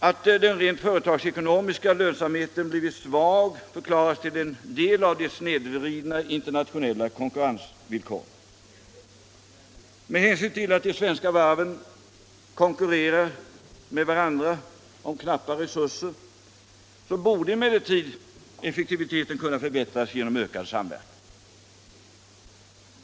Att den rent företagsekonomiska lönsamheten blivit svag förklaras till en del av snedvridna internationella konkurrensvillkor. Med hänsyn till att de svenska varven konkurrerar med varandra om knappa resurser borde emellertid effektiviteten kunna förbättras genom ökad samverkan.